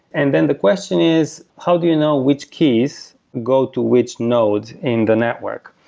and then the question is how do you know which keys go to which nodes in the network?